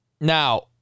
Now